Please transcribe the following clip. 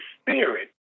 spirit